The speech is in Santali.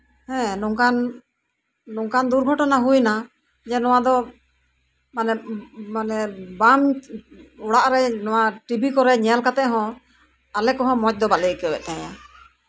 ᱦᱮᱸ ᱱᱚᱝᱠᱟᱱ ᱱᱚᱝᱠᱟᱱ ᱫᱩᱨᱜᱷᱚᱴᱚᱱᱟ ᱦᱩᱭ ᱮᱱᱟ ᱡᱮ ᱱᱚᱶᱟ ᱫᱚ ᱢᱟᱱᱮ ᱢᱟᱱᱮ ᱵᱟᱝ ᱚᱲᱟᱜᱨᱮ ᱴᱤᱵᱷᱤ ᱠᱚᱨᱮᱫ ᱧᱮᱞ ᱠᱟᱛᱮᱫ ᱦᱚᱸ ᱟᱞᱮ ᱠᱚᱦᱚᱸ ᱢᱚᱸᱡᱽ ᱫᱚ ᱵᱟᱞᱮ ᱟᱹᱭᱠᱟᱹᱣ ᱮᱫ ᱠᱟᱱ ᱛᱟᱦᱮᱸᱫ